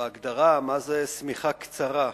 בהגדרה מה זה שמיכה קצרה.